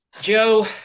Joe